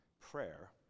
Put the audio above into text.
prayer